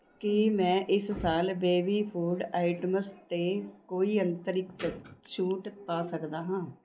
ਕੀ ਮੈਂ ਇਸ ਸਾਲ ਬੇਬੀ ਫੂਡ ਆਈਟਮਸ 'ਤੇ ਕੋਈ ਅੰਤਰਿਕਤ ਛੂਟ ਪਾ ਸਕਦਾ ਹਾਂ